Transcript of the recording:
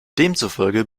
demzufolge